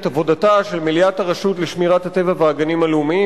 את עבודתה של מליאת הרשות לשמירת הטבע והגנים הלאומיים,